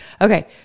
Okay